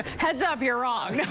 heads up, you're wrong. yeah